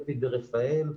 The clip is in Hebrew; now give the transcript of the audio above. אלביט ורפא"ל,